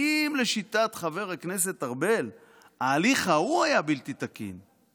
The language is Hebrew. שאם לשיטת חבר הכנסת ארבל ההליך ההוא היה בלתי תקין,